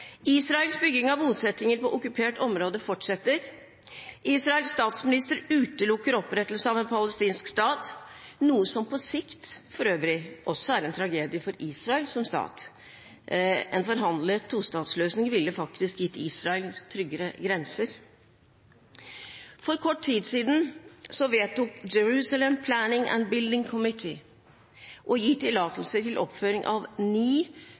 Israels bygging av bosettinger på okkupert område fortsetter. Israels statsminister utelukker opprettelse av en palestinsk stat, noe som på sikt for øvrig også er en tragedie for Israel som stat. En forhandlet tostatsløsning ville faktisk gitt Israel tryggere grenser. For kort tid siden vedtok Jerusalem Planning and Building Committee å gi tillatelse til oppføring av